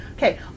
Okay